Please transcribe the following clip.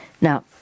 Now